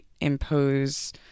impose